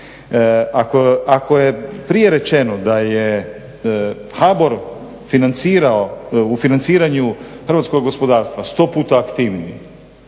Ako je prije rečeno da je HBOR u financiranju hrvatskog gospodarstva 100 puta aktivniji